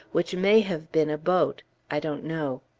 which may have been a boat i don't know.